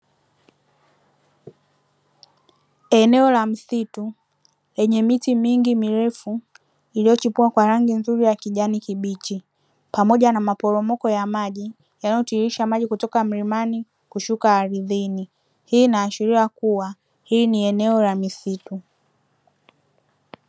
Eneo la msitu lenye miti mingi mirefu iliyochipua kwa rangi nzuri ya kijani kibichi pamoja na maporomoko ya maji yanayotiririsha maji kutoka mlimani kushuka ardhini; hii inaashiria kuwa hili ni eneo la misitu